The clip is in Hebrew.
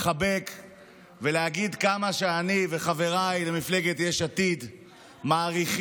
לחבק ולהגיד כמה שאני וחבריי למפלגת יש עתיד מעריכים